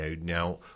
now